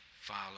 follow